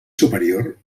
superior